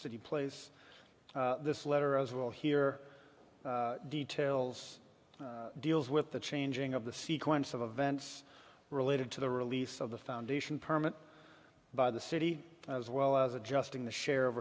city place this letter as we'll hear details deals with the changing of the sequence of events related to the release of the foundation permit by the city as well as adjusting the share of